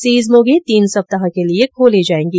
seize मोघे तीन सप्ताह के लिए खोले जायेंगे